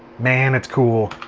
man, it's cool.